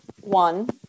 one